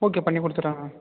okay பண்ணி கொடுத்துறேங்க